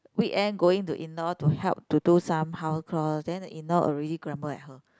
weekend going to in law to help to do some house chore then the in law already grumble at her